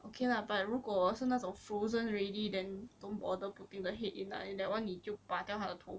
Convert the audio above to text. okay lah but 如果是那种 frozen already then don't bother putting the head in lah then that one 你就拔掉它的头